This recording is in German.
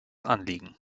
anliegen